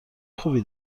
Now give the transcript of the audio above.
خوبی